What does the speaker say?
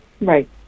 Right